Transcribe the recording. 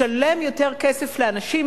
שלם יותר כסף לאנשים,